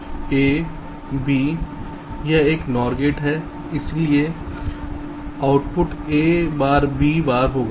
a b यह एक NOR gate है इसलिए output a bar b bar होगा